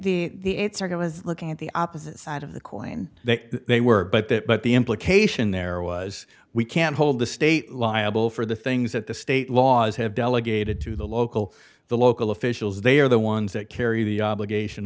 write the circuit was looking at the opposite side of the coin that they were but that but the implication there was we can't hold the state liable for the things that the state laws have delegated to the local the local officials they are the ones that carry the obligation